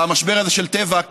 במשבר הזה של טבע,